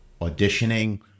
auditioning